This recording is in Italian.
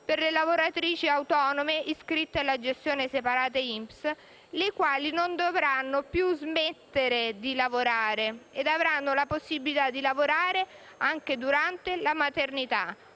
per le lavoratrici autonome iscritte alla gestione separata INPS, le quali non dovranno più smettere di lavorare e avranno la possibilità di lavorare anche durante la maternità,